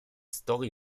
story